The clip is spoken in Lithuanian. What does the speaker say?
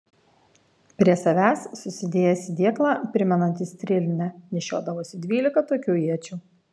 prie savęs susidėjęs į dėklą primenantį strėlinę nešiodavosi dvylika tokių iečių